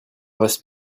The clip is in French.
reste